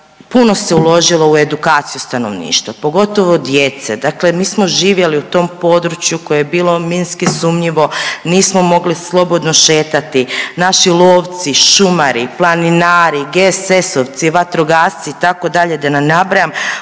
puno se uložilo u edukaciju stanovništva, pogotovo djece. Dakle mi smo živjeli u tom području koje je bilo minski sumnjivo, nismo mogli slobodno šetati, naši lovci, šumari, planinari, GSS-ovci, vatrogasci, itd., da ne nabrajam,